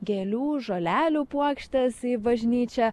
gėlių žolelių puokštes į bažnyčią